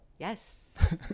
Yes